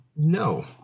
No